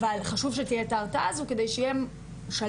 אבל חשוב שתהיה את ההרתעה הזו כדי שיהיה שלב